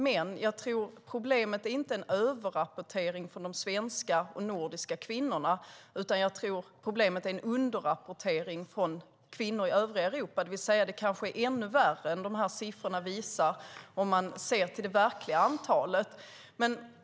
Men jag tror inte att problemet är en överrapportering från de svenska och nordiska kvinnorna, utan jag tror att problemet är en underrapportering från kvinnor i övriga Europa, det vill säga att det kanske är ännu värre än de här siffrorna visar om man ser till det verkliga antalet.